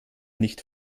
nicht